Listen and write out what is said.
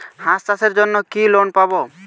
হাঁস চাষের জন্য কি লোন পাব?